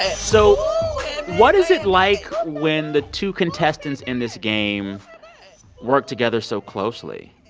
ah so what is it like when the two contestants in this game work together so closely?